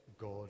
God